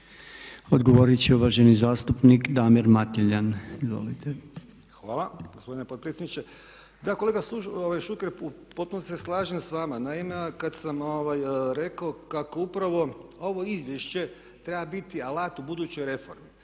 Izvolite. **Mateljan, Damir (SDP)** Hvala gospodine potpredsjedniče. Da, kolega Šuker. U potpunosti se slažem sa vama. Naime, kad sam rekao kako upravo ovo izvješće treba biti alat u budućoj reformi,